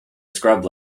scrub